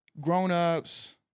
grown-ups